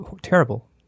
terrible